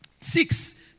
six